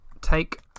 Take